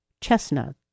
Chestnut